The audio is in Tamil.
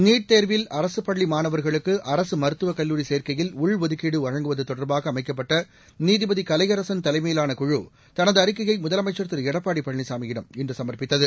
நீட் தேர்வில் அரசு பள்ளி மாணவர்களுக்கு அரசு மருத்துவக் கல்லூரி சேர்க்கையில் உள்ஒதுக்கீடு வழங்குவது தொடர்பாக அமைக்கப்பட்ட நீதிபதி கலையரசன் தலைமையிலான குழு தனது அறிக்கையை முதலமைச்சர் திரு எடப்பாடி பழனிசாமியிடம் இன்று சம்ப்பித்தது